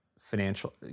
financial